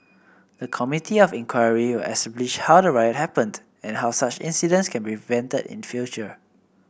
the Committee of Inquiry will establish how the riot happened and how such incidents can be prevented in future